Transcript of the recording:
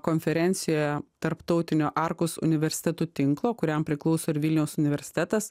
konferencijoje tarptautinio arkos universitetų tinklo kuriam priklauso ir vilniaus universitetas